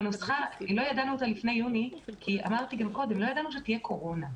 לא ידענו את הנוסחה לפני יוני כי לא ידענו שתהיה קורונה,